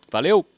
Valeu